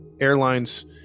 Airlines